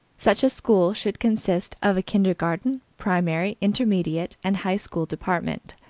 such a school should consist of a kindergarten, primary, intermediate and high school department,